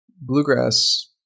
bluegrass